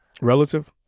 Relative